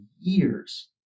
years